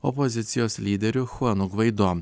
opozicijos lyderiu chuanu gvaido